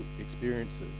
experiences